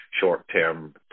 short-term